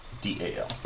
D-A-L